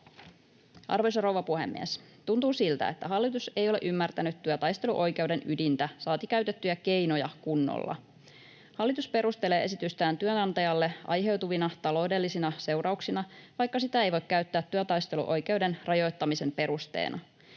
Arvoisa rouva puhemies! Tuntuu siltä, että hallitus ei ole ymmärtänyt työtaisteluoikeuden ydintä, saati käytettyjä keinoja kunnolla. Hallitus perustelee esitystään työnantajalle aiheutuvilla taloudellisilla seurauksilla, vaikka sitä ei voi käyttää työtaisteluoikeuden rajoittamisen perusteena.